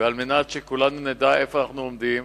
ועל מנת שכולנו נדע איפה אנחנו עומדים,